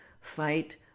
fight